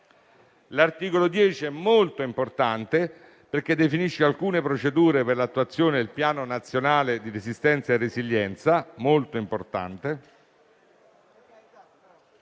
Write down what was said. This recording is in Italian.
L'articolo 10 è molto importante, perché definisce alcune procedure per l'attuazione del Piano nazionale di ripresa e resilienza. L'articolo